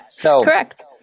Correct